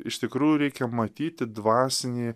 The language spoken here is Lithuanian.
iš tikrųjų reikia matyti dvasinį